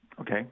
Okay